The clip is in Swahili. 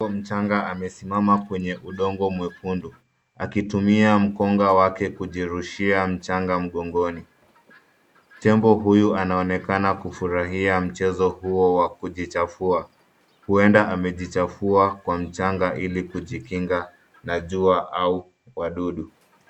Tembo mchanga amesimama kwenye udongo mwekundu, akitumia mkonga wake kujirushia mchanga mgongoni. Tembo huyu anaonekana kufurahia mchezo huo wa kujichafua, huenda amejichafua kwa mchanga ilikujikinga na jua au wadudu.